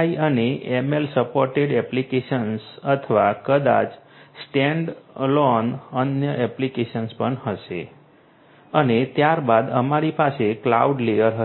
AI અને ML supported applications અથવા કદાચ સ્ટેન્ડઅલોન અન્ય એપ્લીકેશન્સ પણ હશે અને ત્યારબાદ અમારી પાસે ક્લાઉડ લેયર હશે